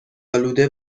آلوده